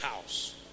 house